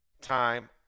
time